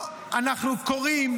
עכשיו אתה מסביר את החוק?